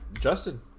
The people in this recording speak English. Justin